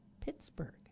Pittsburgh